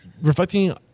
Reflecting